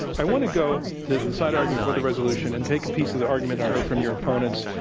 i want to go to the side arguing for the resolution, and take a piece of the argument i heard from your opponents.